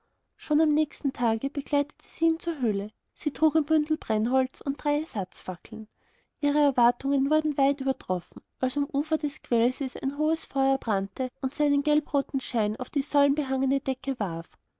schon am nächsten tage begleitete sie ihn zur höhle sie trug ein bündel brennholz und drei ersatzfackeln ihre erwartungen wurden weit übertroffen als am ufer des quellsees ein hohes feuer brannte und seinen gelbroten schein auf die säulenbehangene decke warf